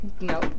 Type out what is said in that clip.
No